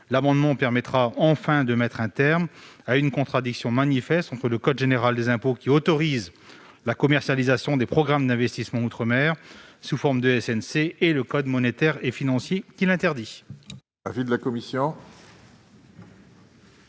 proposée permettra enfin de mettre un terme à une contradiction manifeste entre le code général des impôts, qui autorise la commercialisation des programmes d'investissement outre-mer sous forme de SNC, et le code monétaire et financier, qui l'interdit.